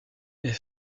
est